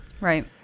right